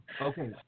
Okay